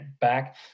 back